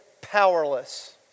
powerless